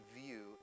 view